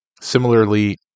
Similarly